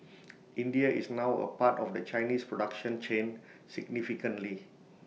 India is now A part of the Chinese production chain significantly